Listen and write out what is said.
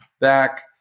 back